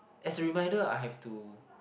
as a reminder I have to